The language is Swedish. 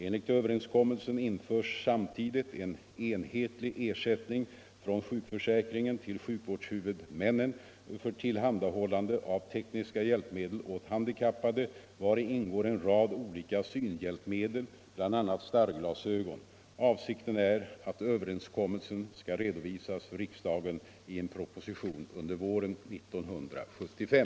Enligt överenskommelsen införs samtidigt en enhetlig ersättning från sjukförsäkringen till sjukvårdshuvudmännen för tillhandahållande av tekniska hjälpmedel åt handikappade, vari ingår en rad olika synhjälpmedel, bl.a. starrglasögon. Avsikten är att överenskommelsen skall redovisas för riksdagen i en proposition under våren 1975.